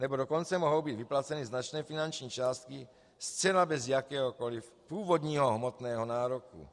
Nebo dokonce mohou být vyplaceny značné finanční částky zcela bez jakéhokoli původního hmotného nároku.